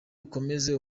ukomeze